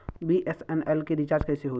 BSNL के recharge कैसे होयी?